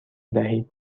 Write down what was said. دهید